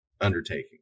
undertaking